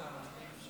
אם אפשר.